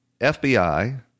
FBI